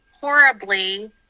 horribly